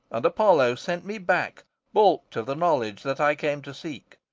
and apollo sent me back baulked of the knowledge that i came to seek.